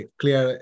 clear